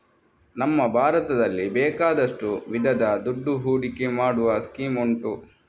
ನಮ್ಮ ಭಾರತದಲ್ಲಿ ಬೇಕಾದಷ್ಟು ವಿಧದ ದುಡ್ಡು ಹೂಡಿಕೆ ಮಾಡುವ ಸ್ಕೀಮ್ ಉಂಟು